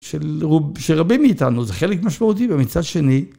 שרבים מאיתנו זה חלק משמעותי, ומצד שני...